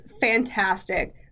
fantastic